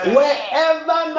Wherever